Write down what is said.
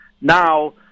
Now